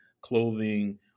clothing